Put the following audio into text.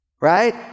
Right